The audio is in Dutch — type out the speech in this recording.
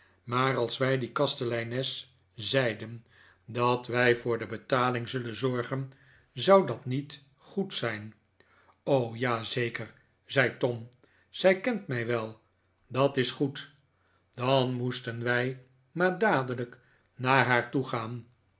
maar als wij die kasteleines zeiden dat wij voor de betaling zullen zorgen zou dat niet goed zijn ja zeker zei tom zij kent mij wel dat is goed dan moesten wij maar dadelijk naar haar toe